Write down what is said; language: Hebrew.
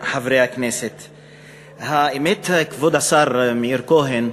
חברי הכנסת, האמת, כבוד השר מאיר כהן,